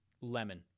Lemon